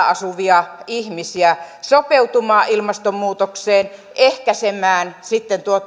asuvia ihmisiä sopeutumaan ilmastonmuutokseen ja ehkäisemään sitten